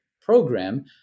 program